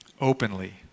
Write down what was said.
openly